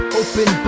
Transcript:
open